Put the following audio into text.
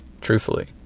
truthfully